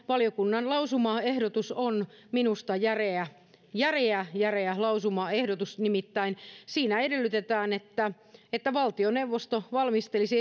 valiokunnan lausumaehdotus on minusta järeä järeä järeä lausumaehdotus nimittäin siinä edellytetään että että valtioneuvosto valmistelisi